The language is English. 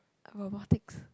robotic